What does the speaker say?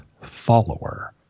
follower